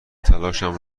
تلاشم